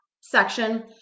section